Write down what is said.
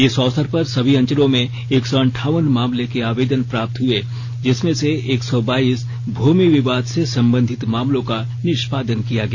इस अवसर पर सभी अंचलों में एक सौ अंठावन मामले के आवेदन प्राप्त हुए जिसमें से एक सौ बाईस भूमि विवाद से संबंधित मामलों का निष्पादन किया गया